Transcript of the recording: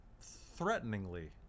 threateningly